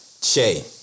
Che